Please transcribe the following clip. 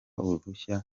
uruhushya